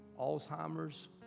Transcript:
Alzheimer's